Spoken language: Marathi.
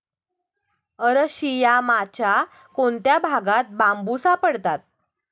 अरशियामाच्या कोणत्या भागात बांबू सापडतात?